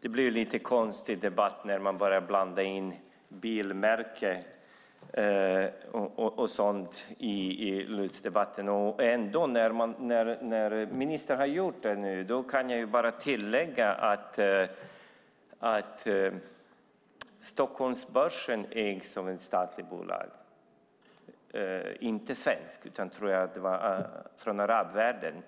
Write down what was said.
Det blir en lite konstig debatt när man börjar blanda in bilmärken och sådant. Men när nu ministern har gjort det kan jag bara tillägga att Stockholmsbörsen ägs av ett statligt bolag, men inte ett svenskt. Jag tror att det är från arabvärlden.